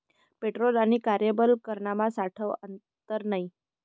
petrol आणि कार्यबल करमा सावठं आंतर नै